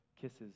kisses